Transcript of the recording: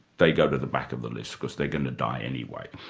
they go to the back of the list, because they're going to die anyway.